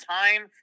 time